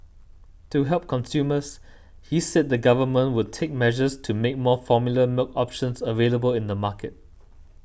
to help consumers he said the government would take measures to make more formula milk options available in the market